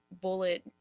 bullet